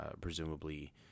presumably